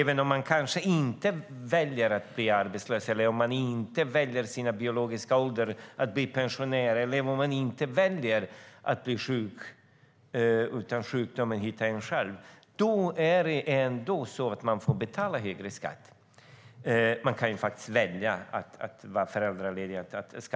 Trots att man inte väljer att bli arbetslös och inte kan välja sin biologiska ålder eller att bli sjuk får man betala högre skatt. Däremot kan man välja att skaffa barn och vara föräldraledig.